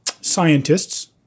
scientists